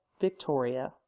Victoria